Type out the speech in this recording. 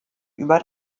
über